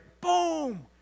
Boom